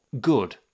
good